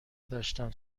داشتم